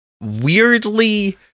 weirdly